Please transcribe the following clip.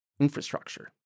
infrastructure